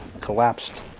collapsed